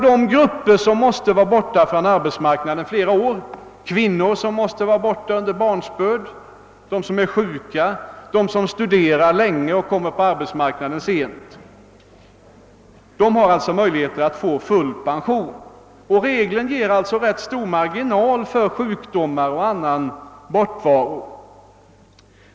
De grupper som måste vara borta från arbetsmarknaden under flera år — kvinnor som måste vara borta under barnsbörd, de som måste vara borta på grund av sjukdom och de som kommer ut sent på arbetsmarknaden därför att de studerar under lång tid — har alltså möjligheter att få full pension. Bestämmelserna ger också rätt stora marginaler för sjukdomsfall och annan bortovaro.